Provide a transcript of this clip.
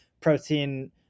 protein